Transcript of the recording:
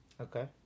Okay